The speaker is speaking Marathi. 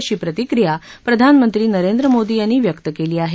अशी प्रतिक्रिया प्रधानमंत्री नरेंद्र मोदी यांनी व्यक्त केली आहे